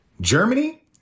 Germany